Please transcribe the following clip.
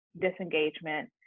disengagement